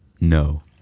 No